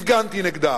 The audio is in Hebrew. הפגנתי נגדה,